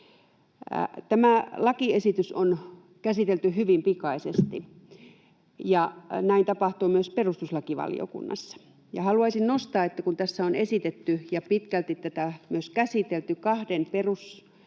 Tämä lakiesitys on käsitelty hyvin pikaisesti, ja näin tapahtui myös perustuslakivaliokunnassa. Haluaisin nostaa, kun tässä on esitetty ja pitkälti tätä myös käsitelty kahden perusoikeuden